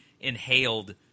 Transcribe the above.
inhaled